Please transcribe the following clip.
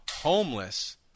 homeless